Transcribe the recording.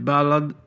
Ballad